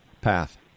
Path